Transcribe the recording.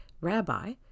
Rabbi